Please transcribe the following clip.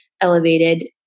elevated